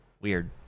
weird